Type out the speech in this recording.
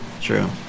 True